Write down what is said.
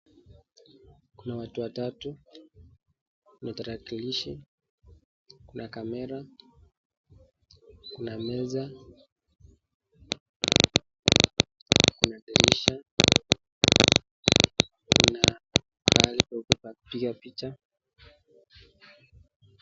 Kuna watu watatu na tarakillishi kuna camera kuna meza Kuna dirisha kuna pahali pa kupiga picha.